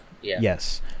Yes